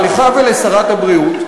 לך ולשרת הבריאות,